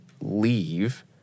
leave